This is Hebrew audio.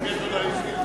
הודעה אישית.